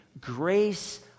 grace